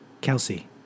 Kelsey